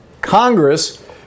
Congress